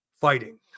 fighting